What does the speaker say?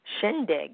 shindig